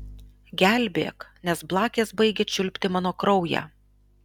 gelbėk nes blakės baigia čiulpti mano kraują